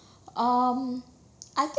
um I thi~